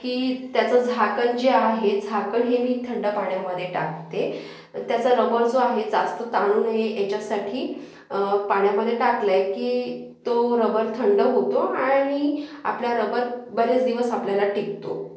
की त्याचं झाकण जे आहे झाकण हे मी थंड पाण्यामध्ये टाकते त्याचा रबर जो आहे जास्त ताणू नये याच्यासाठी पाण्यामध्ये टाकलंय की तो रबर थंड होतो आणि आपला रबर बरेच दिवस आपल्याला टिकतो